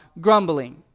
grumbling